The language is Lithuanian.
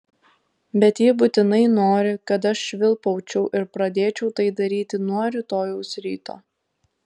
bet ji būtinai nori kad aš švilpaučiau ir pradėčiau tai daryti nuo rytojaus ryto